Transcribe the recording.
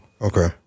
okay